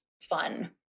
fun